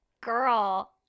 girl